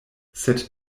sed